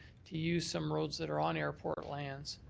to use some roads that are on airport lands.